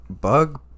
bug